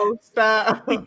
stop